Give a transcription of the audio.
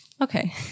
Okay